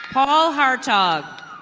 paul hartob.